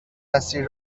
مسیر